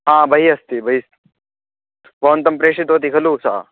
ह बहिः अस्ति बहिः भवन्तं प्रेषितवती खलु सा